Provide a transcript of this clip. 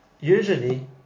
usually